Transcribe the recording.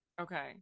Okay